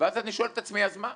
ואז אני שואל את עצמי: אז מה?